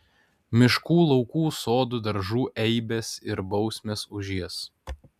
miškų laukų sodų daržų eibės ir bausmės už jas